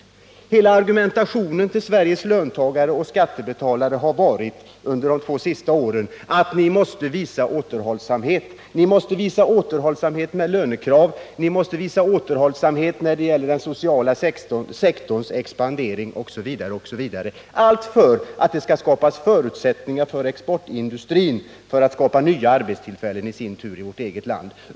Under de två senaste åren har det ideligen framhållits för Sveriges lönarbetare: Ni måste visa återhållsamhet — återhållsamhet med lönekraven och återhållsamhet när det gäller den sociala sektorns expansion, osv. Och allt detta för att det skall skapas förutsättningar för exportindustrin att i sin tur skapa nya arbeten i vårt eget land.